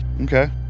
Okay